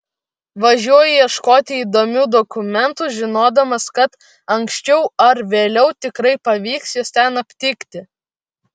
važiuoju ieškoti įdomių dokumentų žinodamas kad anksčiau ar vėliau tikrai pavyks juos ten aptikti